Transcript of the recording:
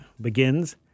begins